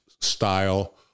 style